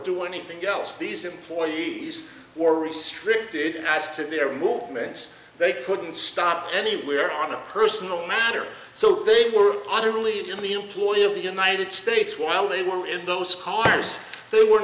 do anything else these employees were restricted as to their movements they couldn't stop anywhere on a personal matter so they were utterly in the employ of the united states while they were in those cars they were